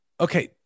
okay